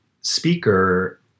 Speaker